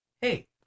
Hey